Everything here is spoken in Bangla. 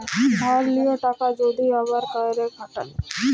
ধার লিয়া টাকা যদি আবার ক্যইরে খাটায়